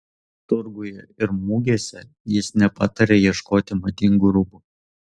turguje ir mugėse jis nepataria ieškoti madingų rūbų